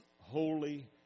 holy